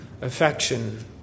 affection